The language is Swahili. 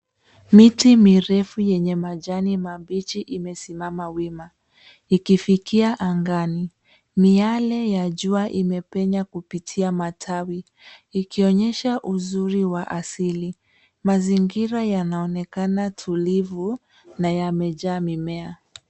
Miti mirefu yenye majani mabichi imesimama wima ikifikia angani. Miale ya jua imepenya kupitia matawi ikionyesha uzuri wa asili. Mazingira yanaonekana tulivu na yamejaa mimea.